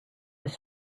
was